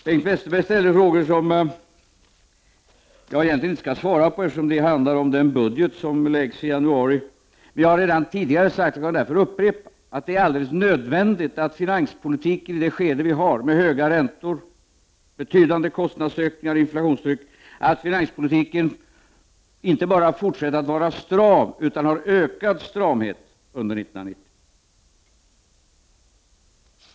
Bengt Westerberg ställde frågor som jag egentligen inte skall svara på, eftersom de handlar om den budget som läggs fram i januari. Vi har redan tidigare sagt, och jag vill upprepa det, att det är alldeles nödvändigt att finanspolitiken i nuvarande läge med höga räntor, betydande kostnadsökningar och inflationstryck inte bara måste fortsätta att vara stram utan också måste ha en ökad stramhet under 1990.